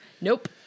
nope